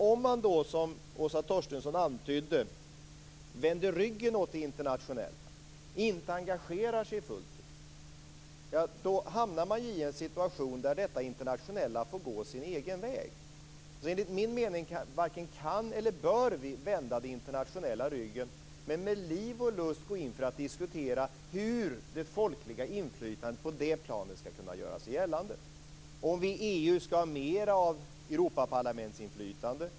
Om man då, som Åsa Torstensson antydde, vänder ryggen åt det internationella och inte engagerar sig fullt ut hamnar man i en situation där detta internationella får gå sin egen väg. Enligt min mening varken kan eller bör vi vända det internationella ryggen utan bör med liv och lust gå in för att diskutera hur det folkliga inflytandet på det planet skall kunna göra sig gällande. Skall vi i EU ha mera av Europaparlamentsinflytande?